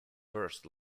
first